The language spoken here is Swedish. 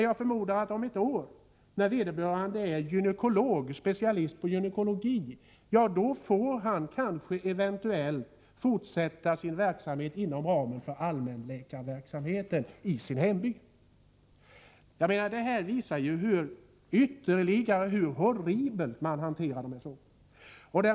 Jag förmodar att vederbörande läkare om ett år, när han är specialist på gynekologi, får fortsätta sin verksamhet i hembyn inom ramen för allmänläkarverksamheten. Detta är ytterligare ett exempel på hur horribelt dessa frågor hanteras.